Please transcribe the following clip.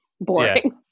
boring